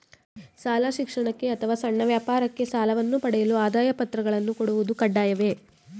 ಶಾಲಾ ಶಿಕ್ಷಣಕ್ಕೆ ಅಥವಾ ಸಣ್ಣ ವ್ಯಾಪಾರಕ್ಕೆ ಸಾಲವನ್ನು ಪಡೆಯಲು ಆದಾಯ ಪತ್ರಗಳನ್ನು ಕೊಡುವುದು ಕಡ್ಡಾಯವೇ?